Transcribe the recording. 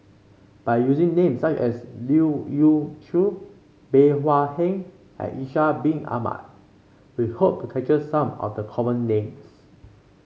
by using names such as Leu Yew Chye Bey Hua Heng and Ishak Bin Ahmad we hope capture some of the common names